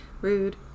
Rude